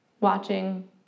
watching